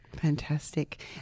fantastic